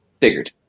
Figured